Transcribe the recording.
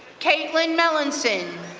caitlin melanson,